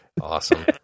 Awesome